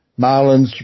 Marlins